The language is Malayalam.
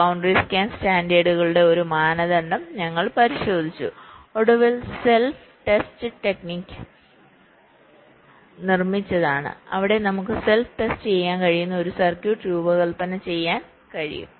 ബൌണ്ടറി സ്കാൻ സ്റ്റാൻഡേർഡുകളുടെ ഒരു മാനദണ്ഡം ഞങ്ങൾ പരിശോധിച്ചു ഒടുവിൽസെല്ഫ് ടെസ്റ്റ് ടെക്നിക്ക് നിർമ്മിച്ചതാണ് അവിടെ നമുക്ക് സെല്ഫ് ടെസ്റ്റ് ചെയ്യാൻ കഴിയുന്ന ഒരു സർക്യൂട്ട് രൂപകൽപ്പന ചെയ്യാൻ കഴിയും